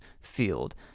field